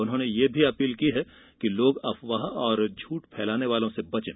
उन्होंने अपील की है कि लोग अफवाह और झूठ फैलाने वालों सें बचें